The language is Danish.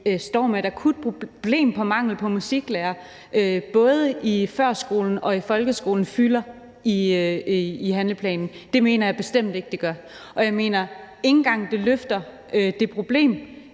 står med et akut problem med mangel på musiklærere i både førskolen og folkeskolen, fylder i handleplanen. Det mener jeg bestemt ikke det gør, og jeg mener ikke engang, at den rejser det problem,